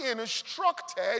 instructed